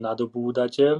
nadobúdateľ